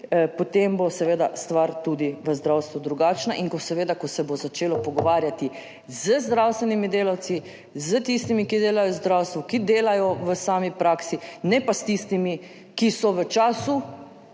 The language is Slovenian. potem bo seveda stvar tudi v zdravstvu drugačna. Ko se bo seveda začelo pogovarjati z zdravstvenimi delavci, s tistimi, ki delajo v zdravstvu, ki delajo v sami praksi, ne pa s tistimi, ki so v času